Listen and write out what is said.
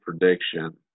prediction